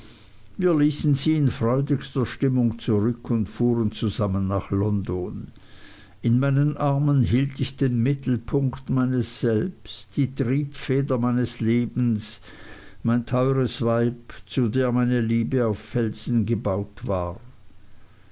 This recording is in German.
wir ließen sie in freudigster stimmung zurück und fuhren zusammen nach london in meinen armen hielt ich den mittelpunkt meines selbsts die triebfeder meines lebens mein teueres weib zu der meine liebe auf felsen gebaut war